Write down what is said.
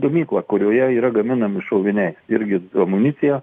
gamyklą kurioje yra gaminami šoviniai irgi amunicija